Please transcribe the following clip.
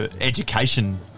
education